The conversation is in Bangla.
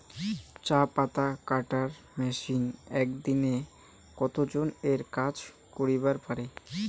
চা পাতা কাটার মেশিন এক দিনে কতজন এর কাজ করিবার পারে?